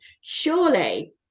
surely